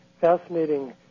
fascinating